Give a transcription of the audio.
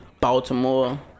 Baltimore